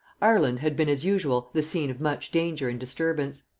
ireland had been as usual the scene of much danger and disturbance.